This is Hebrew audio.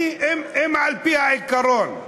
אם על-פי העיקרון,